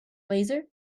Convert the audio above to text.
laser